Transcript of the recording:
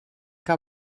que